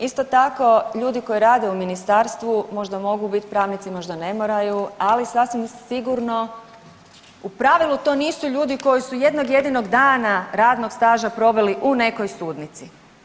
Isto tako, ljudi koji rade u Ministarstvo možda mogu bit pravnici, možda ne moraju, ali sasvim sigurno u pravilu to nisu ljudi koji su jednog jedinog dana radnog staža proveli u nekoj sudnici.